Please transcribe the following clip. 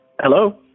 Hello